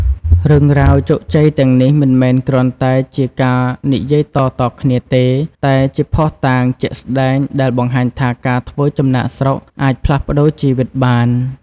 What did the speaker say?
រឿងរ៉ាវជោគជ័យទាំងនេះ មិនមែនគ្រាន់តែជាការនិយាយតៗគ្នាទេ តែជាភស្តុតាងជាក់ស្ដែងដែលបង្ហាញថាការធ្វើចំណាកស្រុកអាចផ្លាស់ប្ដូរជីវិតបាន។